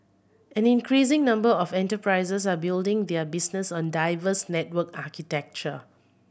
an increasing number of enterprises are building their business on diverse network architecture